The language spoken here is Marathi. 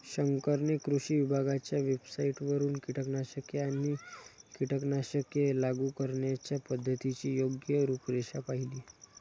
शंकरने कृषी विभागाच्या वेबसाइटवरून कीटकनाशके आणि कीटकनाशके लागू करण्याच्या पद्धतीची योग्य रूपरेषा पाहिली